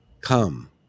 come